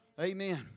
amen